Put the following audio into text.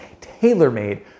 tailor-made